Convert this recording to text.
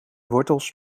wortels